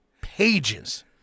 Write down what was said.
pages